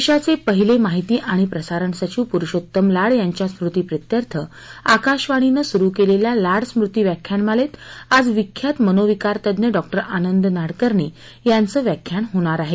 देशाचे पहिले माहिती आणि प्रसारण सचिव पुरुषोत्तम लाड यांच्या स्मृतीप्रित्यर्थ आकाशवाणीनं सुरु केलेल्या लाड स्मृती व्याख्यानमालेत आज विख्यात मनोविकार तज्ञ डॉ आनंद नाडकर्णी यांचं आज व्याख्यान होणार आहे